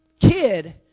kid